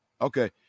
Okay